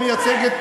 המייצגת,